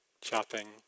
chopping